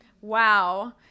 wow